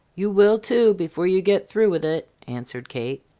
you will, too, before you get through with it, answered kate.